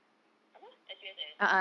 apa S_U_S_S